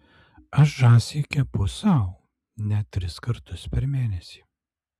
aš žąsį kepu sau net tris kartus per mėnesį